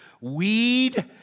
weed